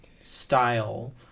style